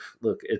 look